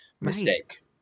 mistake